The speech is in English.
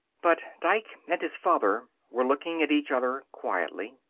but dike and his father were looking at each other quietly.